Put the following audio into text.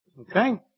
Okay